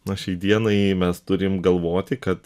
na šiai dienai mes turim galvoti kad